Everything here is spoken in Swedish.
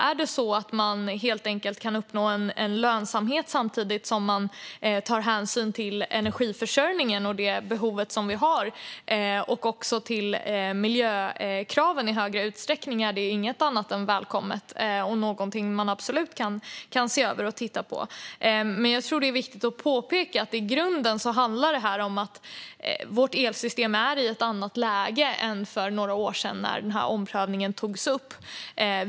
Kan man uppnå lönsamhet samtidigt som man tar hänsyn till energiförsörjning och energibehov samt miljökraven i större utsträckning är det inget annat än välkommet och något man absolut kan titta på. Det är dock viktigt att påpeka att det i grunden handlar om att vårt elsystem är i ett annat läge än för några år sedan när denna omprövning togs upp.